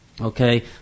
okay